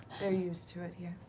they're used to it here.